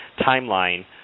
timeline